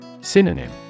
Synonym